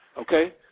Okay